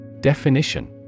Definition